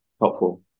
helpful